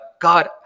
God